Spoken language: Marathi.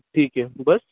ठीक आहे बस्स